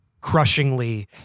crushingly